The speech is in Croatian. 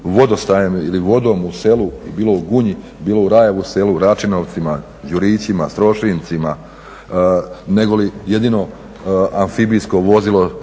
vodostajem ili vodom u selu, bilo u Gunji, bilo u Rajevu selu, Račinovcima, Đurićima, Strošincima nego li jedino amfibijsko vozilo